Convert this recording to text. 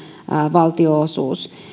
valtionosuus